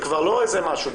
זה כבר לא איזה משהו,